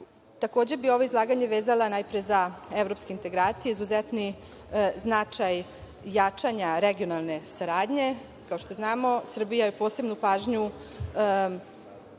Takođe bi ovo izlaganje vezala za evropske integracije, izuzetni značaj jačanja regionalne saradnje. Kao što znamo, Srbija posebnu pažnju